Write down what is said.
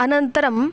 अनन्तरम्